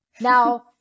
Now